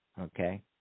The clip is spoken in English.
okay